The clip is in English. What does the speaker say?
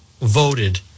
voted